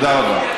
תודה רבה.